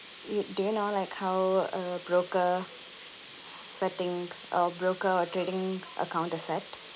you do you know like how a broker setting a broker or trading account is set